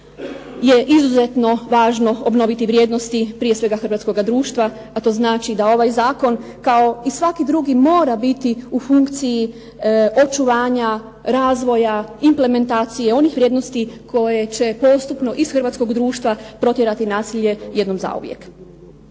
je izuzetno važno obnoviti vrijednosti, prije svega hrvatskoga društva, a to znači da ovaj zakon kao i svaki drugi mora biti u funkciji očuvanja, razvoja, implementacije onih vrijednosti koje će postupno iz hrvatskog društva protjerati nasilje jednom zauvijek.